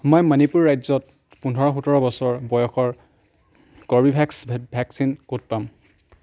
মই মণিপুৰ ৰাজ্যত পোন্ধৰ সোতৰ বছৰ বয়সৰ কৰ্বীভেক্স ভেকচিন ক'ত পাম